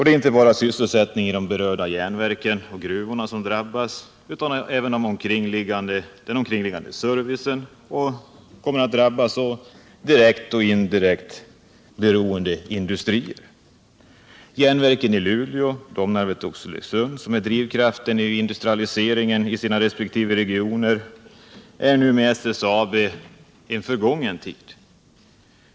Det är inte bara sysselsättningen i de berörda stålverken och gruvorna som kommer att drabbas utan även den omkringliggande servicen och direkt eller indirekt beroende industrier. Järnverken i Luleå, Domnarvet och Oxelösund, som är drivkraften vid industrialiseringen i sina resp. regioner, tillhör nu tillsammans med SSAB en förgången tid.